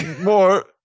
more